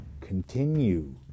continue